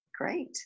Great